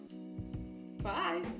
Bye